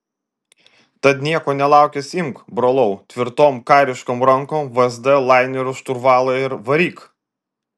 tad nieko nelaukęs imk brolau tvirtom kariškom rankom vsd lainerio šturvalą ir varyk